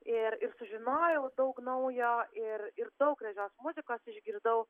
ir ir sužinojau daug naujo ir ir daug gražios muzikos išgirdau